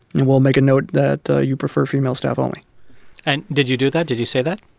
and we'll make a note that ah you prefer female staff only and did you do that? did you say that?